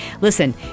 listen